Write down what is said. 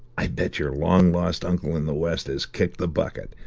i bet your long-lost uncle in the west has kicked the bucket,